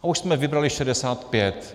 A už jsme vybrali 65.